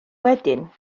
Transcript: wedyn